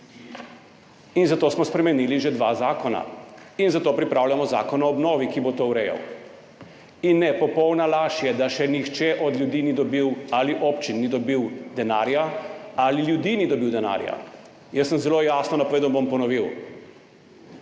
In zato smo spremenili že dva zakona in zato pripravljamo zakon o obnovi, ki bo to urejal. In ne, popolna laž je, da še nihče od ljudi ali občin ni dobil denarja. Jaz sem zelo jasno napovedal, bom ponovil,